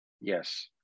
Yes